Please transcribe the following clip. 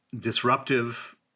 disruptive